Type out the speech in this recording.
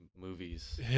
movies